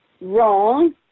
wrong